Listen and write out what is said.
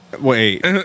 wait